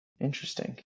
interesting